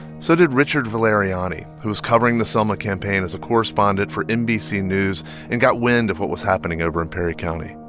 so did richard valeriani, who was covering the selma campaign as a correspondent for nbc news and got wind of what was happening over in perry county.